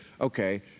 Okay